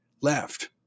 left